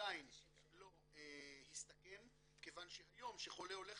עדיין לא הסתכם כיוון שהיום שחולה הולך